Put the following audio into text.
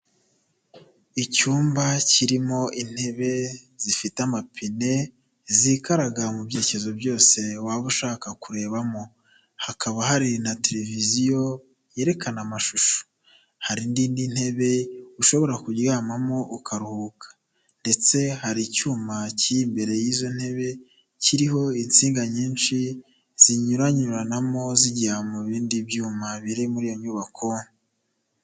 Icyumba kirimo intebe zifite amapine zikaraga mu byirekezo byose waba ushaka kurebamo, hakaba hari na televiziyo yerekana amashusho. Hari n'indi ntebe ushobora kuryamamo ukaruhuka, ndetse hari icyuma kiri imbere y'izo ntebe, kiriho insinga nyinshi zinyuranyuranamo zijya mu bindi byuma biri muri iyo nyubako.